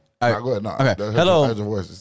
Hello